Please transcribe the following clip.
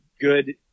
good